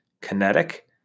Kinetic